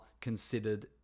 considered